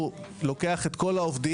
הוא לוקח את כל העובדים,